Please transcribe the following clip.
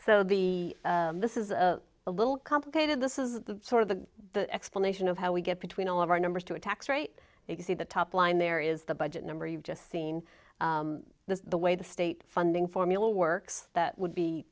so the this is a little complicated this is sort of the explanation of how we get between all of our numbers to a tax rate they can see the top line there is the budget number you've just seen the way the state funding formula works that would be